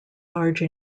large